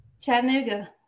Chattanooga